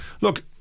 look